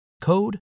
code